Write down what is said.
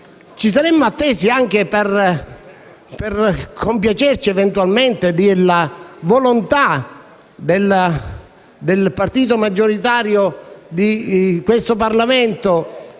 ci saremmo attesi - anche per compiacerci eventualmente della volontà del partito di maggioranza di questo Parlamento